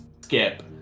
skip